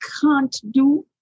can't-do